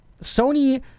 Sony